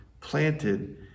planted